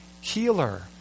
healer